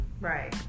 Right